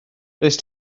doedd